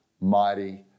mighty